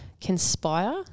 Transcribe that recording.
Conspire